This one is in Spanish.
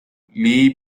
lee